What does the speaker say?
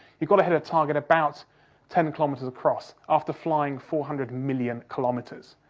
you've got to hit a target about ten kilometres across, after flying four hundred million kilometres.